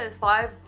five